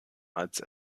als